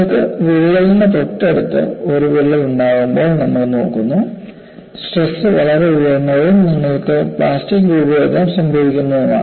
നിങ്ങൾക്ക് വിള്ളലിന് തൊട്ടടുത്ത് ഒരു വിള്ളൽ ഉണ്ടാകുമ്പോൾ നമ്മൾ നോക്കുന്നു സ്ട്രെസ് വളരെ ഉയർന്നതും നിങ്ങൾക്ക് പ്ലാസ്റ്റിക് രൂപഭേദം സംഭവിക്കുന്നതുമാണ്